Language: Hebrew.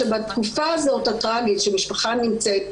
שבתקופה הטראגית הזאת בה המשפחה נמצאת,